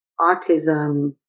autism